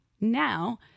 now